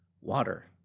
water